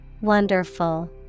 Wonderful